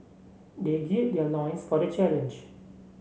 they gird their loins for the challenge